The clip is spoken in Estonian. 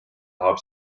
tahab